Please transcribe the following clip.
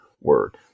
word